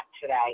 today